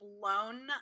blown